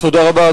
תודה רבה.